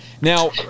Now